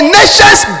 nations